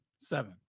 Seven